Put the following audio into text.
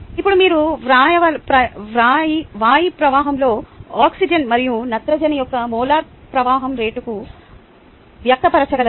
ఇప్పుడు మీరు వాయు ప్రవాహంలో ఆక్సిజన్ మరియు నత్రజని యొక్క మోలార్ ప్రవాహం రేటును వ్యక్తపరచగలరా